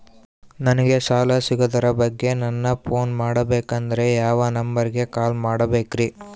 ನಂಗೆ ಸಾಲ ಸಿಗೋದರ ಬಗ್ಗೆ ನನ್ನ ಪೋನ್ ಮಾಡಬೇಕಂದರೆ ಯಾವ ನಂಬರಿಗೆ ಕಾಲ್ ಮಾಡಬೇಕ್ರಿ?